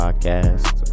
podcast